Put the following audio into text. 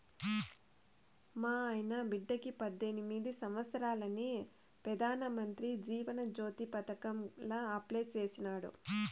మాయన్న బిడ్డకి పద్దెనిమిది సంవత్సారాలని పెదానమంత్రి జీవన జ్యోతి పదకాంల అప్లై చేసినాడు